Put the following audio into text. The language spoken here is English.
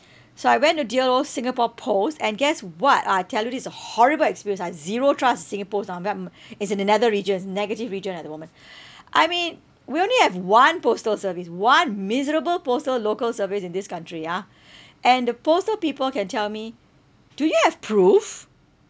so I went to deal with singapore post and guess what ah I tell you this is a horrible experience I have zero trust in singpost um it's in another regions negative region at the moment I mean we only have one postal service one miserable postal local service in this country ah and the postal people can tell me do you have proof